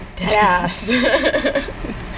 yes